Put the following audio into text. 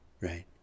right